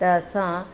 त असां